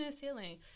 healing